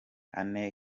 anne